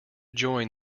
join